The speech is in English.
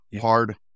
hard